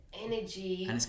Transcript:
energy